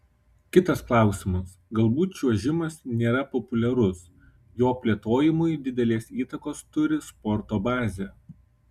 kitas klausimas galbūt čiuožimas nėra populiarus jo plėtojimui didelės įtakos turi sporto bazė